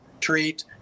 treat